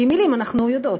כי מילים אנחנו יודעות,